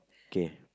K